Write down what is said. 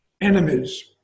enemies